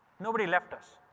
nobody left us.